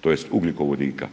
tj. ugljikovodika.